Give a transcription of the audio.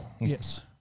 Yes